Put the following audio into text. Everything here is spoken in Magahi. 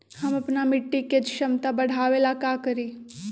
हम अपना मिट्टी के झमता बढ़ाबे ला का करी?